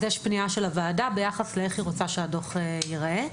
יש פנייה של הוועדה איך היא רוצה שהדוח ייראה.